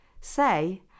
Say